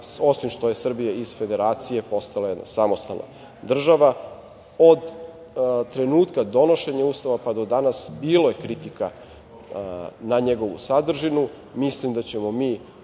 osim što je Srbija iz federacije postala jedna samostalna država. Od trenutka donošenja Ustava, pa do danas, bilo je kritika na njegovu sadržinu. Mislim da ćemo mi